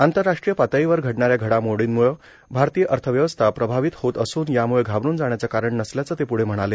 आंतरराष्ट्रीय पातळीवर घडणाऱ्या घडामोडीमुळ भारतीय अर्थव्यवस्था प्रभावित होत असून यामुळे घाबरून जाण्याच कारण नसल्याच ते प्ढ म्हणाले